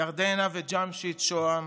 ירדנה וג'משיד שוהם,